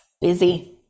Busy